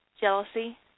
jealousy